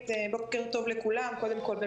נמצא